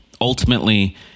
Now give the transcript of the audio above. Ultimately